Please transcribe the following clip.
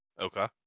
okay